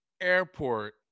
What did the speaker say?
airport